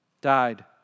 died